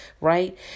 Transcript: right